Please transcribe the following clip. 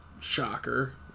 shocker